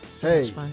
Hey